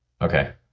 Okay